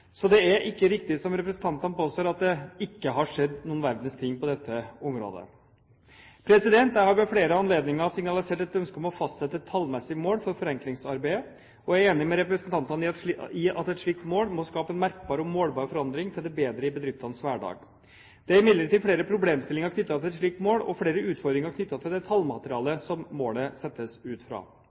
Så det er ikke riktig som representantene påstår, at det «ikke har skjedd noen verdens ting» på dette området. Jeg har ved flere anledninger signalisert et ønske om å fastsette et tallmessig mål for forenklingsarbeidet, og jeg er enig med representantene i at et slikt mål må skape en merkbar og målbar forandring til det bedre i bedriftens hverdag. Det er imidlertid flere problemstillinger knyttet til et slikt mål og flere utfordringer knyttet til det tallmaterialet som målet settes ut fra.